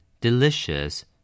Delicious